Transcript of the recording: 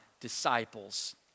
disciples